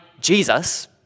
Jesus